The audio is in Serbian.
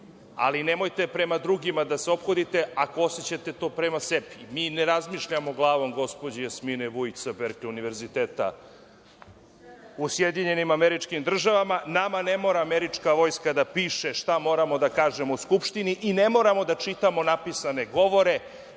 ali nemojte prema drugima da se ophodite, ako osećate to prema sebi. Mi ne razmišljamo glavom gospođe Jasmine Vujić, sa Berkli univerziteta u SAD. Nama ne mora američka vojska da piše šta moramo da kažemo u Skupštini i ne moramo da čitamo napisane govore.